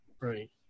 right